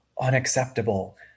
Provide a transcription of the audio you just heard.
unacceptable